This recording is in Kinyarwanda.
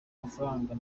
amafaranga